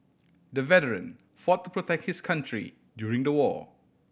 the veteran fought to protect his country during the war